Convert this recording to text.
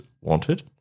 wanted